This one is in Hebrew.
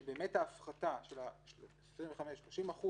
שההפחתה של ה-25%-30%